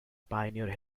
pioneer